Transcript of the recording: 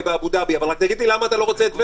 מאבו דאבי, רק תגיד לי למה אתה לא רוצה את טבריה.